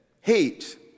Hate